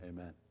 amen